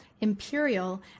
imperial